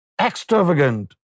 Extravagant